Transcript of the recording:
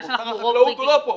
משרד החקלאות הוא לא פה.